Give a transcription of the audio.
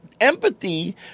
empathy